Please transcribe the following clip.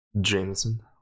Jameson